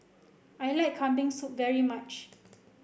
I like Kambing Soup very much